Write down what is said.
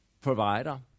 provider